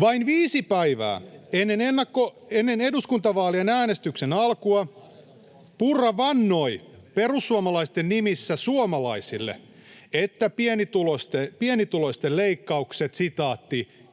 Vain viisi päivää ennen eduskuntavaalien äänestyksen alkua Purra vannoi perussuomalaisten nimissä suomalaisille, että pienituloisten leikkaukset